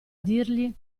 dirgli